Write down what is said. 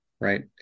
right